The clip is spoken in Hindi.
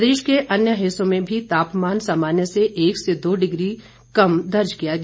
प्रदेश के अन्य हिस्सों में भी तापमान सामान्य से एक से दो डिग्री कम दर्ज किया गया